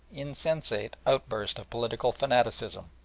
insensate outburst of political fanaticism,